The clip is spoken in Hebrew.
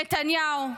נתניהו,